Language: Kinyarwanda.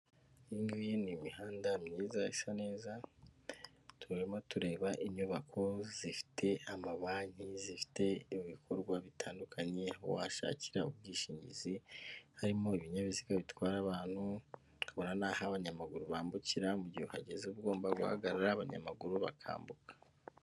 Iyi ngiyi ni imihanda myiza isa neza, turimo tureba inyubako zifite amabanki, zifite ibikorwa bitandukanye washakira ubwishingizi, harimo ibinyabiziga bitwara abantu ukabona n'aho abanyamaguru bambukira, mu gihe uhageze uba ugomba guhagarara, abanyamaguru bakambuka.